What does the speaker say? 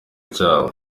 cyabo